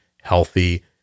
healthy